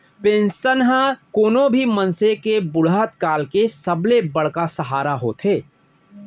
pension ह कोनो भी मनसे के बुड़हत काल के सबले बड़का सहारा होथे